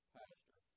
pastor